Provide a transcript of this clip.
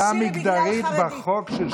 הפרדה מגדרית בחוק של שווייץ.